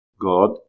God